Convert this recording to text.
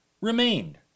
remained